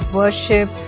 worship